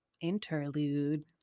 Interlude